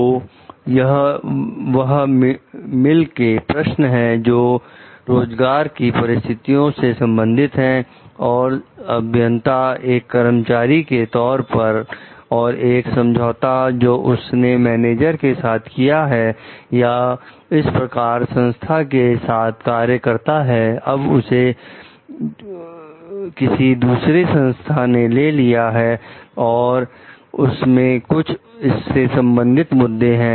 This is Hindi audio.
तो यह वह मिल के प्रश्न है जो रोजगार की परिस्थितियों से संबंधित है और अभियंता एक कर्मचारी के तौर पर और एक समझौता जो उसने मैनेजर के साथ किया है या इस खास संस्था के साथ कार्य करता है अब उसे को किसी दूसरी संस्था ने ले लिया है और उसमें कुछ इससे संबंधित मुद्दे हैं